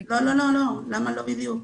למה לא בדיוק?